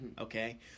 Okay